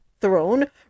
throne